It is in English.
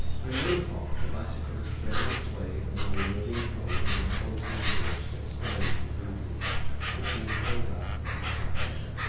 by nine o'clock the bicycle is threading its way among the moving throngs on the pontoon bridge that spans the hooghli between howrah and calcutta,